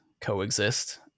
coexist